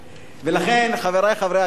ולכן, חברי חברי הכנסת,